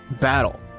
battle